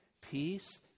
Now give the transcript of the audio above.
Peace